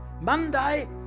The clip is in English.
Monday